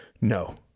No